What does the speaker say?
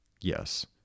Yes